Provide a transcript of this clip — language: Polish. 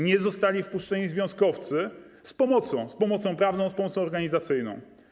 Nie zostali wpuszczeni związkowcy z pomocą, z pomocą prawną, z pomocą organizacyjną.